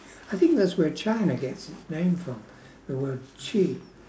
I think that's where china gets its name from the word chi